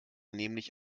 nämlich